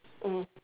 mm